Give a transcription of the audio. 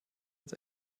als